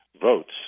votes